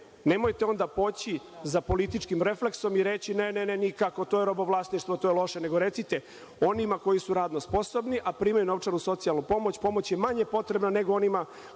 nemojte onda poći za političkim refleksom i reći - ne, ne, nikako, to je robovlasništvo, to je loše, nego recite – onima koji su radno sposobni a primaju novčanu socijalnu pomoć, pomoć je manje potrebna nego onima koji nisu radno sposobni,